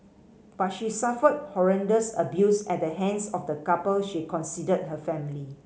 but she suffered horrendous abuse at the hands of the couple she considered her family